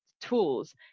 tools